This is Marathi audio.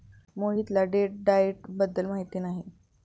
मोहितला डेट डाइट बद्दल माहिती नाही